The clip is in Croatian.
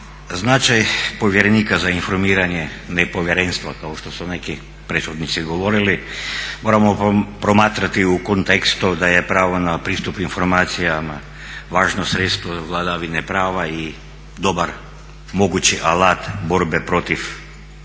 Značaj povjerenika za informiranje nepovjerenstva kao što su neki prethodnici govorili moramo promatrati u kontekstu da je pravo na pristup informacijama važno sredstvo vladavine prava i dobar mogući alat borbe protiv korupcije.